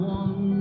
one